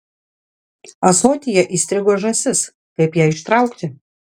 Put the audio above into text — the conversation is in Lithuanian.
ąsotyje įstrigo žąsis kaip ją ištraukti